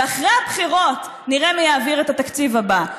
ואחרי הבחירות נראה מי יעביר את התקציב הבא.